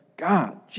God